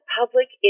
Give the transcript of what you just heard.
public